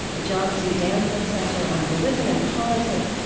the john c. danforth center on religion and politics,